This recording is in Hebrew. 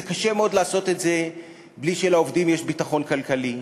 קשה מאוד לעשות את זה בלי שלעובדים יש ביטחון כלכלי,